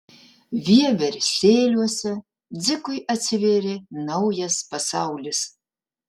vieversėliuose dzikui atsivėrė naujas pasaulis